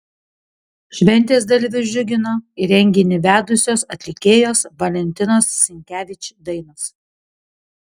šventės dalyvius džiugino ir renginį vedusios atlikėjos valentinos sinkevič dainos